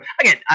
Again